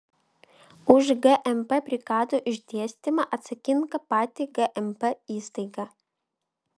už gmp brigadų išdėstymą atsakinga pati gmp įstaiga